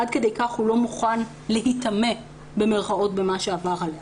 עד כדי כך הוא לא מוכן "להיטמא" במה שעבר עליה.